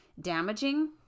damaging